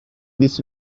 this